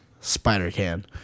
Spider-Can